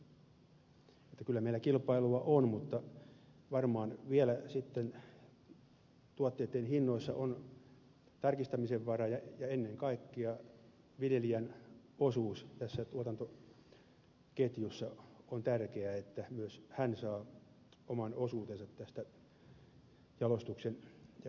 että kyllä meillä kilpailua on mutta varmaan vielä tuotteiden hinnoissa on tarkistamisen varaa ja ennen kaikkea viljelijän osuus tässä tuotantoketjussa on tärkeä jotta myös hän saa oman osuutensa tästä jalostuksen hyödystä